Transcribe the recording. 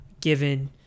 given